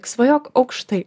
svajok aukštai